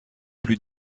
plus